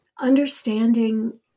understanding